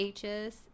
H's